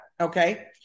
okay